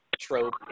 trope